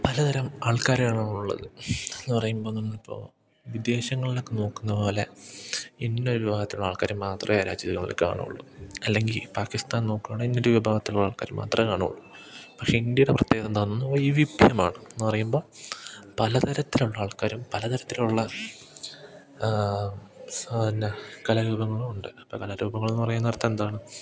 പലതരം ആൾക്കാരാണുള്ളത് എന്ന് പറയുമ്പം നമ്മളിപ്പോൾ വിദേശങ്ങളിലൊക്കെ നോക്കുന്ന പോലെ ഇന്നൊരു വിഭാഗത്തിലുള്ള ആൾക്കാർ മാത്രമേ ആ രാജ്യങ്ങളിൽ കാണുകയുള്ളൂ അല്ലെങ്കിൽ പാകിസ്ഥാൻ നോക്കുകയാണേ ഇന്നൊരു വിഭാഗത്തിലുള്ളാൾക്കാർ മാത്രമേ കാണുള്ളു പക്ഷെ ഇന്ത്യയുടെ പ്രത്യേകത എന്താണെന്ന് വൈവിധ്യമാണ് എന്ന് പറയുമ്പം പലതരത്തിലുള്ളാൾക്കാരും പലതരത്തിലുള്ള കലാരൂപങ്ങളും ഉണ്ട് അപ്പം കലാരൂപങ്ങളെന്ന് പറയാന്നേരത്തെന്താണ്